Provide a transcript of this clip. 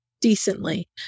decently